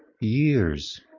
years